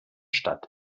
stadt